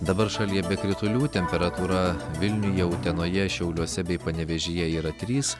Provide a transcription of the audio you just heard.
dabar šalyje be kritulių temperatūra vilniuje utenoje šiauliuose bei panevėžyje yra trys